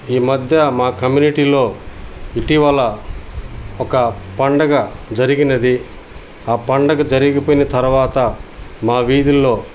ఈ మధ్య మా కమ్యూనిటీలో ఇటీవల ఒక పండగ జరిగినది ఆ పండగ జరిగిపోయిన తర్వాత మా వీధుల్లో